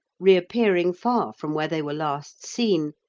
reappearing far from where they were last seen,